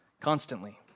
constantly